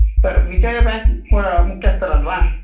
sir Vijaya bank ಮುಖ್ಯಸ್ಥರಲ್ಲವಾ